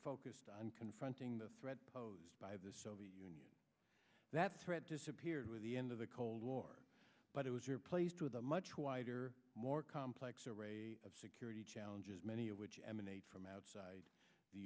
focused on confronting the threat posed by the soviet union that threat disappeared with the end of the cold war but it was replaced with a much wider more complex array of security challenges many of which emanate from outside the